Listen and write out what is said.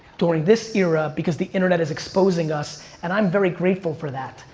during this era, because the internet is exposing us. and i'm very grateful for that.